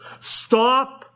Stop